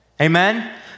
Amen